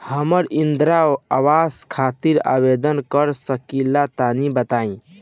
हम इंद्रा आवास खातिर आवेदन कर सकिला तनि बताई?